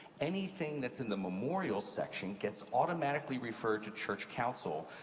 anything that's in the memorials section gets automatically referred to church council,